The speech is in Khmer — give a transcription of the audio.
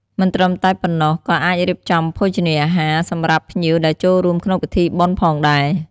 មិនត្រឹមតែប៉ុណ្ណោះក៏អាចរៀបចំភោជនាហារសម្រាប់ភ្ញៀវដែលចូលរួមក្នុងពិធីបុណ្យផងដែរ។